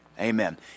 Amen